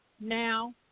now